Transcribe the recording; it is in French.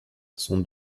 son